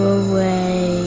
away